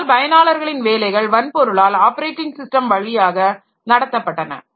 அதனால் பயனாளர்களின் வேலைகள் வன்பொருளால் ஆப்பரேட்டிங் ஸிஸ்டம் வழியாக நடத்தப்பட்டன